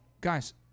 guys